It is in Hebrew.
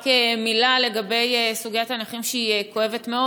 רק מילה בסוגיית הנכים, שהיא כואבת מאוד.